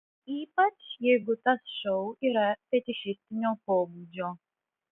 ypač jeigu tas šou yra fetišistinio pobūdžio